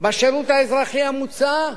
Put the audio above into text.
בשירות האזרחי המוצע,